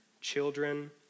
children